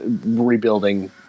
rebuilding